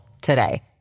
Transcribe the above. today